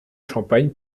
champagne